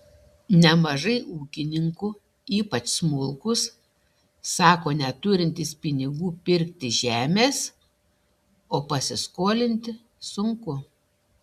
nemažai ūkininkų ypač smulkūs sako neturintys pinigų pirkti žemės o pasiskolinti sunku